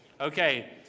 Okay